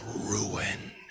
ruin